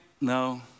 No